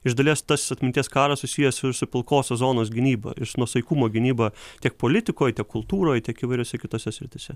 iš dalies tas atminties karas susijęs su pilkosios zonos gynyba iš nuosaikumo gynyba tiek politikoj tiek kultūroj tiek įvairiose kitose srityse